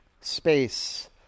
space